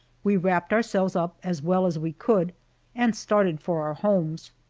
we wrapped ourselves up as well as we could and started for our homes.